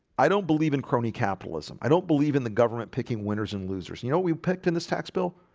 i don't believe in crony capitalism. i don't believe in the government picking winners and losers you know we picked in this tax bill.